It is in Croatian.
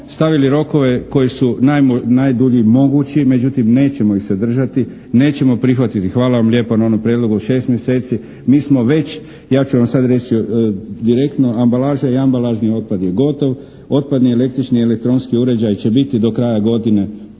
stavili rokove koji su najdulji mogući, međutim nećemo ih se držati, nećemo prihvatiti. Hvala vam lijepa na onom prijedlogu od šest mjeseci. Mi smo već, ja ću vam sada reći direktno ambalaža i ambalažni otpad je gotov, otpadni električni, elektronski uređaj će biti do kraja godine